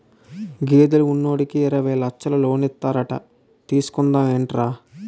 గేదెలు ఉన్నోడికి యిరవై లచ్చలు లోనిస్తారట తీసుకుందా మేట్రా